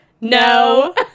No